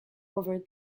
over